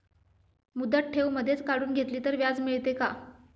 मुदत ठेव मधेच काढून घेतली तर व्याज मिळते का?